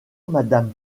madame